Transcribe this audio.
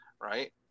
Right